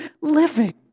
living